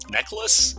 Necklace